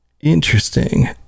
Interesting